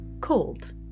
cold